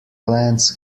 plants